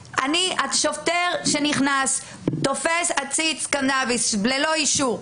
שוטר שנכנס תופס עציץ קנאביס ללא אישור,